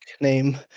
name